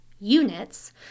units